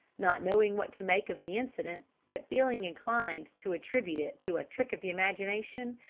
not knowing what to make of the incident, but feeling inclined to attribute it to a trick of the imagination,